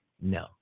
No